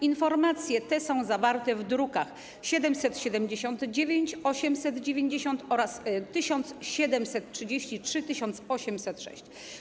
Informacje te są zawarte w drukach nr 779, 890 oraz 1733 i 1806.